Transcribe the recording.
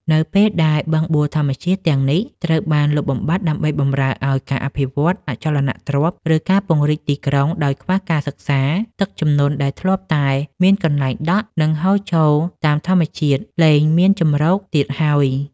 នៅពេលដែលបឹងបួរធម្មជាតិទាំងនេះត្រូវបានលុបបាត់ដើម្បីបម្រើឱ្យការអភិវឌ្ឍអចលនទ្រព្យ ឬការពង្រីកទីក្រុងដោយខ្វះការសិក្សា ទឹកជំនន់ដែលធ្លាប់តែមានកន្លែងដក់ និងហូរចូលតាមធម្មជាតិ លែងមានជម្រកទៀតហើយ។